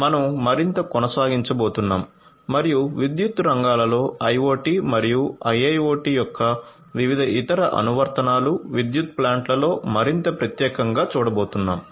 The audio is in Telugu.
మనం మరింత కొనసాగించబోతున్నాము మరియు విద్యుత్ రంగాలలో IoT మరియు IIoT యొక్క వివిధ ఇతర అనువర్తనాలు విద్యుత్ ప్లాంట్లలో మరింత ప్రత్యేకంగా చూడబోతున్నాము